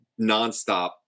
nonstop